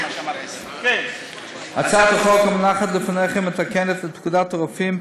הצעת החוק המונחת לפניכם מתקנת את פקודת הרופאים,